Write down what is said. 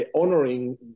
honoring